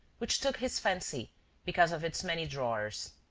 which took his fancy because of its many drawers.